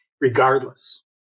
regardless